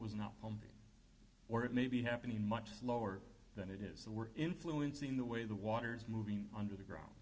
was not home or it may be happening much slower than it is and we're influencing the way the water's moving under the ground